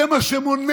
זה מה שמונע,